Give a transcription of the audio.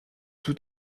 tout